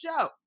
show